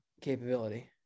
capability